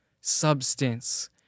substance